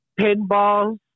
pinball